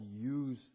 use